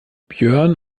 björn